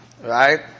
Right